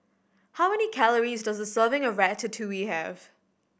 how many calories does a serving of Ratatouille have